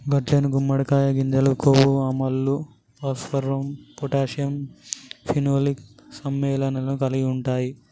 గట్లనే గుమ్మడికాయ గింజలు కొవ్వు ఆమ్లాలు, భాస్వరం పొటాషియం ఫినోలిక్ సమ్మెళనాలను కలిగి ఉంటాయి